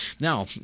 Now